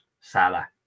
Salah